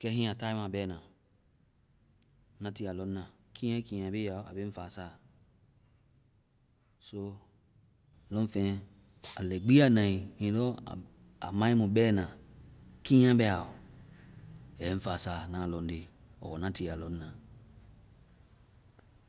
Kɛ hiŋi a tae ma bɛna, na tiie a lɔŋna, kiinya o kiinya be a ɔ, a be ŋ fasa. so lɔŋfeŋ lɛi gbi ya nae, hiŋi lɔ aa mae mu bɛna, kiinya bɛaɔ, aa yɛ ŋ fasa, na lɔŋnde ɔɔ na tiie aa lɔŋna